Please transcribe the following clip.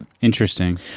Interesting